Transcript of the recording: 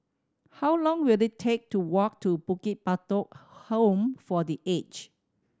how long will it take to walk to Bukit Batok Home for The Aged